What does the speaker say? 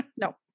no